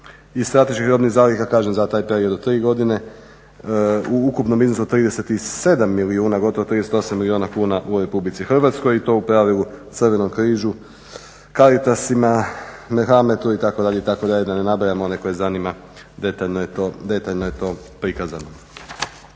i strateških robnih zaliha kažem za taj period od tri godine u ukupnom iznosu od 37 milijuna, gotovo 38 milijuna kuna u Republici Hrvatskoj i to u pravilu Crvenom križu, Caritasima, Merhametu itd. itd. da ne nabrajam one koje zanima detaljno je to prikazano.